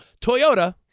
Toyota